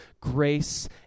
grace